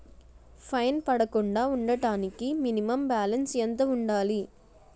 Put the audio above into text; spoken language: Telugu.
ఫైన్ పడకుండా ఉండటానికి మినిమం బాలన్స్ ఎంత ఉండాలి?